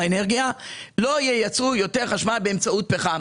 לא ייצרו יותר חשמל באמצעות פחם,